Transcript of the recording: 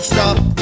stop